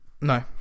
no